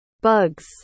bugs